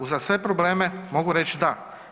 Uza sve probleme mogu reći da.